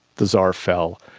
the tsar fell,